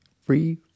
free